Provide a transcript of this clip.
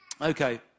Okay